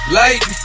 light